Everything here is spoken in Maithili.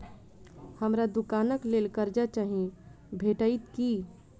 हमरा दुकानक लेल कर्जा चाहि भेटइत की?